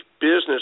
business